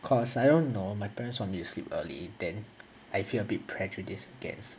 cause I don't know my parents want me to sleep early then I feel a bit prejudiced against